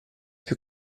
più